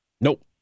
Nope